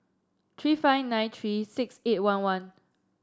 three five nine three six eight one one